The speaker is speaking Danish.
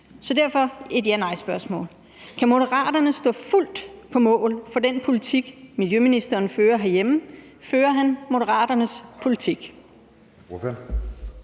har jeg et ja-nej-spørgsmål: Kan Moderaterne stå fuldt på mål for den politik, miljøministeren fører herhjemme? Fører han Moderaternes politik?